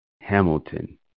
Hamilton